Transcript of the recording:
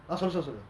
ya continue